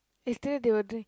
if they will drink